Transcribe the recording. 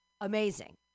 amazing